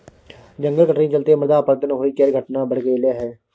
जंगल कटनी चलते मृदा अपरदन होइ केर घटना बढ़ि गेलइ यै